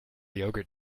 yogurt